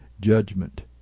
judgment